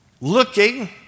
looking